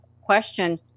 question